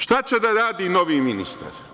Šta će da radi novi ministar?